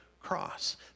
cross